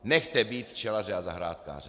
Nechte být včelaře a zahrádkáře.